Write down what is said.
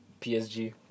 PSG